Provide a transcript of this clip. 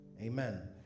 Amen